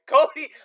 Cody